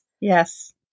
Yes